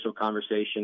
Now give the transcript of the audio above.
conversation